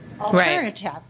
Alternative